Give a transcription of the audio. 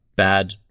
Bad